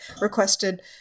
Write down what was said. requested